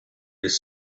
his